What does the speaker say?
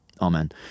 amen